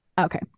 Okay